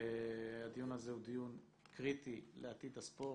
הדיון הזה הוא דיון קריטי לעתיד הספורט,